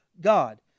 God